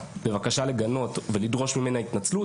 בבקשה לגנות ולדרוש ממנה התנצלות.